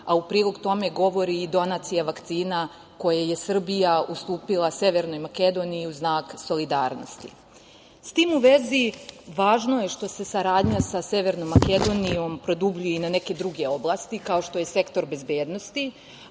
a u prilog tome govori i donacija vakcina koje je Srbija ustupila Severnoj Makedoniji u znak solidarnosti.S tim u vezi je važno što se saradnja sa Severnom Makedonijom produbljuje i na neki druge oblasti kao što je sektor bezbednosti,